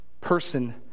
person